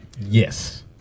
Yes